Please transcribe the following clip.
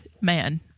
man